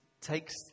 takes